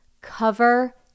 cover